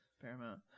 Paramount